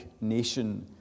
nation